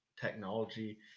technology